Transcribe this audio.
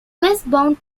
westbound